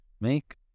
Make